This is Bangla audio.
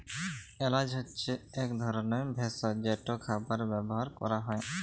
এল্যাচ হছে ইক ধরলের ভেসজ যেট খাবারে ব্যাভার ক্যরা হ্যয়